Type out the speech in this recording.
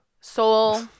soul